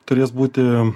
turės būti